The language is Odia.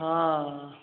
ହଁ